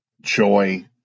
joy